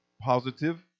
positive